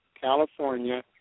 California